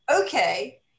okay